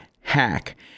hack